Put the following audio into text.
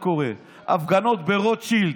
מה קורה: הפגנות ברוטשילד,